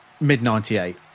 Mid-98